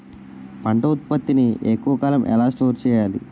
పంట ఉత్పత్తి ని ఎక్కువ కాలం ఎలా స్టోర్ చేయాలి?